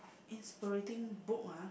inspiriting book ah